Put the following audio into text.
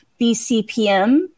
BCPM